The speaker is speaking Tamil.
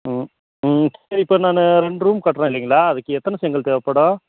ம் ம் சரி இப்போ நான் ரெண்டு ரூம் கட்டுறோம் இல்லைங்களா அதுக்கு எத்தனை செங்கல் தேவைப்படும்